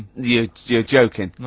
you, you're joking.